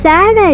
Sad